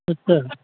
अच्छा